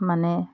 মানে